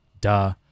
duh